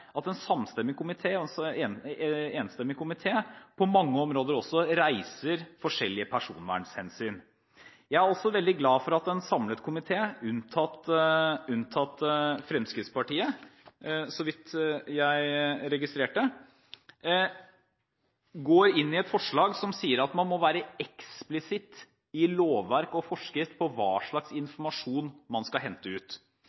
en samlet komité – unntatt Fremskrittspartiet, så vidt jeg registrerte – går inn for et forslag som sier at man må være eksplisitt i lovverk og forskrift om hva slags informasjon man kan hente ut.